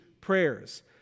prayers